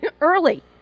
early